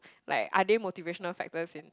like are they motivational factors in